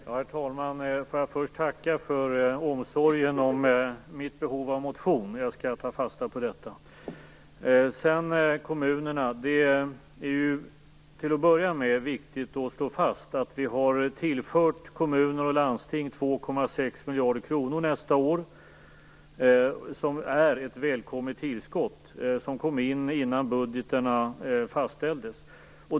Herr talman! Får jag först tacka för omsorgen om mitt behov av motion. Jag skall ta fasta på detta. Det är till att börja med viktigt att slå fast att vi har tillfört kommuner och landsting 2,6 miljarder kronor nästa år. Det är ett välkommet tillskott som kom in innan budgetarna fastställdes.